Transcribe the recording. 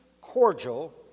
cordial